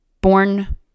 born